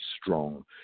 strong